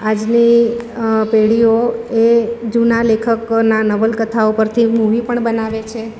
આજની પેઢીઓ એ જૂના લેખકના નવલકથાઓ પરથી મૂવી પણ બનાવે છે